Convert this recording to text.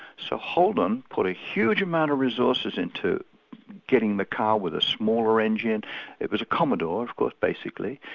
so holden put a huge amount of resources into getting the car with a smaller engine it was a commodore of course, basically,